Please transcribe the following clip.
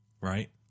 right